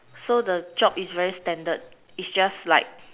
so the job is very standard is just like